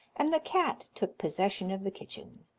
and the cat took possession of the kitchen.